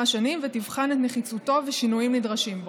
שנים ותבחן את נחיצותו ושינויים הנדרשים בו.